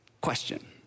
question